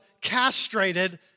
castrated